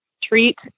treat